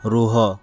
ରୁହ